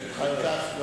לא.